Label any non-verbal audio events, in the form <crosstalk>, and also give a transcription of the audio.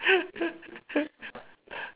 <laughs>